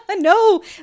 No